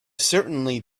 certainly